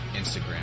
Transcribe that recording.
Instagram